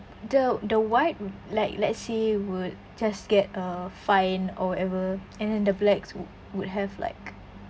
the the white like let's say would just get a fine or whatever and then the blacks wou~ would have like